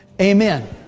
Amen